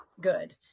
good